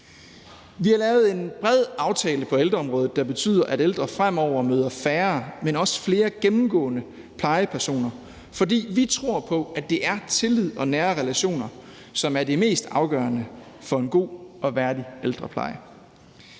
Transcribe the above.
Vi har lavet en bred aftale på ældreområdet, der betyder, at ældre fremover møder færre, men også flere gennemgående plejepersoner. For vi tror på, at det er tillid og nære relationer, som er det mest afgørende for en god og værdig ældrepleje.